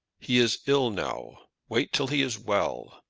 he is ill now. wait till he is well.